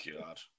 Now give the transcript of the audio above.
God